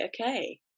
okay